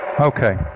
Okay